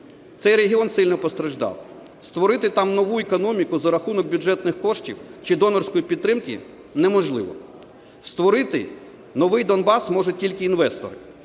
Цей регіон сильно постраждав. Створити там нову економіку за рахунок бюджетних коштів чи донорської підтримки неможливо. Створити новий Донбас може тільки інвестор.